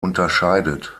unterscheidet